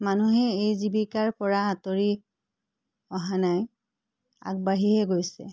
মানুহে এই জীৱিকাৰ পৰা আঁতৰি অহা নাই আগবাঢ়িহে গৈছে